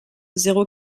zéro